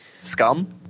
Scum